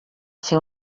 fer